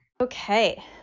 Okay